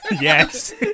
yes